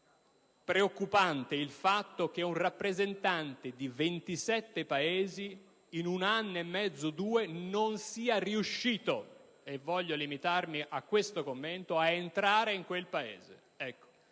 preoccupante il fatto che un rappresentante di 27 Paesi in un anno e mezzo-due non sia riuscito - voglio limitarmi a questo commento - ad entrare in quel Paese.